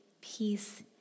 peace